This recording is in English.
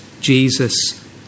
Jesus